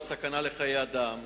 או סכנה לחיי אדם.